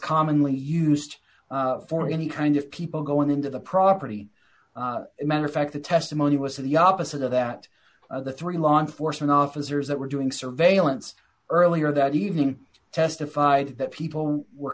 commonly used for any kind of people going into the property in matter of fact the testimony was the opposite of that of the three law enforcement officers that were doing surveillance earlier that evening testified that people were